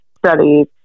Studies